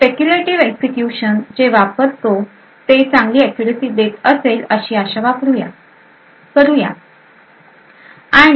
speculative execution जे वापरतोय ते चांगली अक्युरॅसी देत असेल अशी आशा करूया